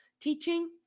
teaching